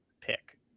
pick